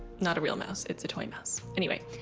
not a real mouse. it's a toy mouse. anyway,